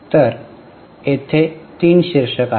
तर तेथे तीन शीर्षके आहेत